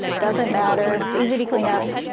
doesn't matter, it's easy to clean up.